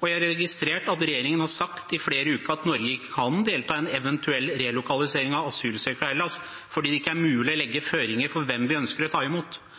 Og jeg har registrert at regjeringen har sagt i flere uker at Norge ikke kan delta i en eventuell relokalisering av asylsøkere fra Hellas fordi det ikke er mulig å legge føringer for hvem vi ønsker å ta imot.